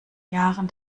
jahren